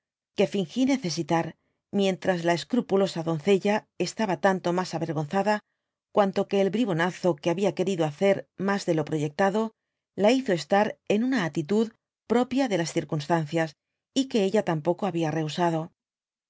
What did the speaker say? que fingí necesitar miéatras la escrupulosa doncella estaba tanto mas avergonzada cuanto que elbribonazo que habia querido hacer mas de lo proyectado la hizo tstar en una atitud propia de las circunstancias y que ella tampoco habia rehusado